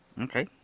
okay